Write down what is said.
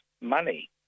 money